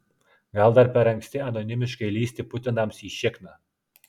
gal dar per anksti anonimiškai lįsti putinams į šikną